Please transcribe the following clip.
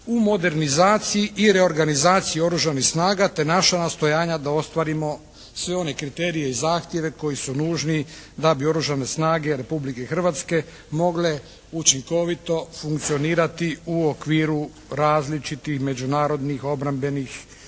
u modernizaciji i reorganizaciji Oružanih snaga, te naša nastojanja da ostvarimo sve one kriterije i zahtjeve koji su nužni da bi Oružane snage Republike Hrvatske mogle učinkovito funkcionirati u okviru različitih međunarodnih obrambenih